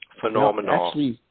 Phenomenal